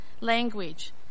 language